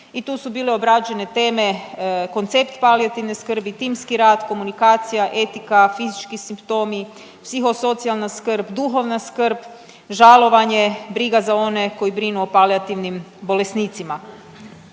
i tu su bile obrađene teme, koncept palijativne skrbi, timski rad, komunikacija, etika, fizički simptomi, psihosocijalna skrb, duhovna skrb, žalovanje, briga za one koji brinu o palijativnim bolesnicima.